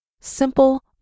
Simple